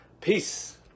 peace